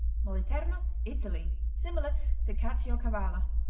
moliterno italy similar to caciocavallo.